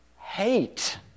hate